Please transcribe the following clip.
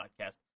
podcast